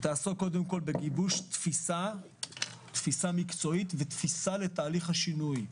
תעסוק קודם כל בגיבוש תפיסה מקצועית ותפיסה לתהליך השינוי.